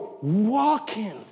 walking